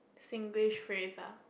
Singlish phrase ah